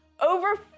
over